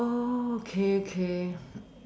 oh okay okay